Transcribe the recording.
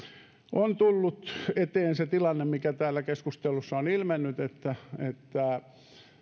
on tullut eteen se tilanne mikä täällä keskustelussa on ilmennyt että että